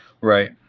Right